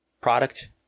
product